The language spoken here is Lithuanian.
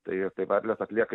tai tai varlės atlieka